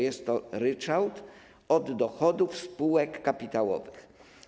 Jest to ryczałt od dochodów spółek kapitałowych.